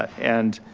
and